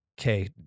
okay